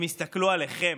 הם יסתכלו עליכם,